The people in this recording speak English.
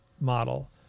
model